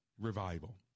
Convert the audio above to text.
Revival